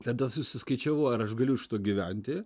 tada susiskaičiavau ar aš galiu iš to gyventi